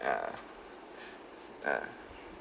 ah ah